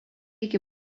iki